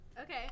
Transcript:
Okay